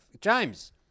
james